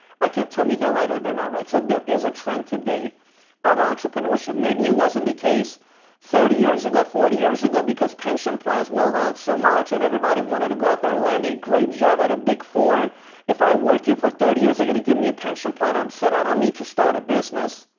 i can't tell you if they're right or they're not right. so there is a trend today of entrepreneurship. maybe it wasn't the case thirty years ago, forty years ago because pension plans were around so much, and everybody wanted to go out there and land a great job at a big four, and if i work here for thirty years they're going to give me a pension plan and i'm set. i don't need to start a business.